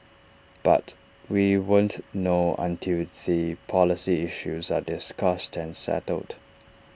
but we won't know until the policy issues are discussed and settled